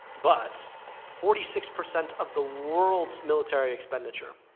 but forty six percent of the world's military expenditure.